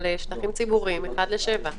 אבל שטחים ציבוריים, אחד לשבעה מטרים.